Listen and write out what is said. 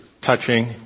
touching